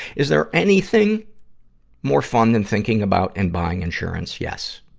is there anything more fun than thinking about and buying insurance? yes.